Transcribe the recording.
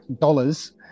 dollars